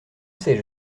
sais